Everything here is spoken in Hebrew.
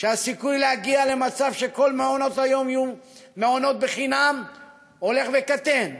שהסיכוי להגיע למצב שכל מעונות היום יהיו חינם הולך וקטן,